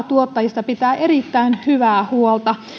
tuottajista pitää tuotantoeläimistä erittäin hyvää huolta